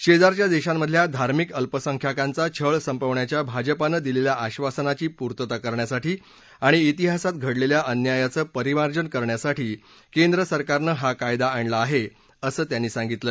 शेजारच्या देशांमधल्या धार्मिक अल्पसंख्याकांचा छळ संपवण्याच्या भाजपानं दिलेल्या आबासनाची पूर्तता करण्यासाठी आणि इतिहासात घडलेल्या अन्यायाचं परिमार्जन करण्यासाठी केंद्र सरकारनं हा कायदा आणला आहे असं त्यांनी सांगितलं